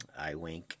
iWink